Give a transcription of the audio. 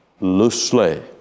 Loosely